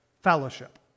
fellowship